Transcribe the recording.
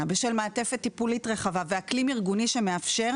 בשל מעטפת טיפולית רחבה ואקלים ארגוני שמאפשר,